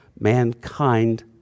mankind